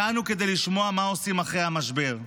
הגענו כדי לשמוע מה עושים אחרי המשבר.